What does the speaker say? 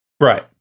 right